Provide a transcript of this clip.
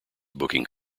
booking